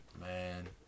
man